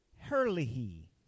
Hurley